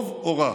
טוב או רע?